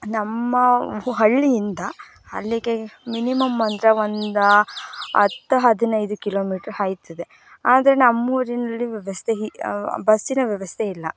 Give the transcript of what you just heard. ನಮ್ಮ ಹಳ್ಳಿಯಿಂದ ಅಲ್ಲಿಗೆ ಮಿನಿಮಮ್ ಅಂದರೆ ಒಂದು ಹತ್ತು ಹದಿನೈದು ಕಿಲೋಮೀಟ್ರ್ ಆಗ್ತದೆ ಆದರೆ ನಮ್ಮೂರಿನಲ್ಲಿ ವ್ಯವಸ್ಥೆ ಬಸ್ಸಿನ ವ್ಯವಸ್ಥೆ ಇಲ್ಲ